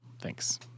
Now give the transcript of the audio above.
Thanks